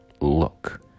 look